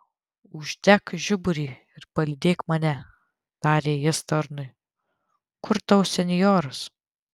uždek žiburį ir palydėk mane tarė jis tarnui kur tavo senjoras